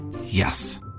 Yes